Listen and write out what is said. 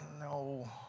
No